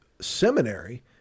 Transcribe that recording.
seminary